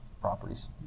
properties